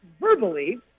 verbally